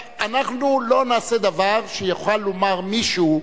אנחנו לא נעשה דבר שיוכל לומר מישהו,